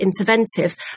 interventive